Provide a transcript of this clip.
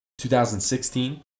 2016